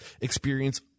experience